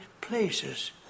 places